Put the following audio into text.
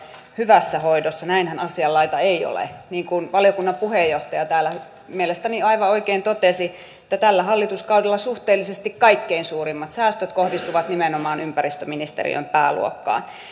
hyvässä hoidossa näinhän asian laita ei ole niin kuin valiokunnan puheenjohtaja täällä mielestäni aivan oikein totesi tällä hallituskaudella suhteellisesti kaikkein suurimmat säästöt kohdistuvat nimenomaan ympäristöministeriön pääluokkaan